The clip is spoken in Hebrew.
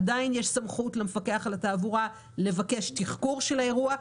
ועדיין יש סמכות למפקח על התעבורה לבקש תחקור של האירוע,